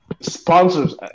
sponsors